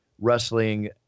wrestling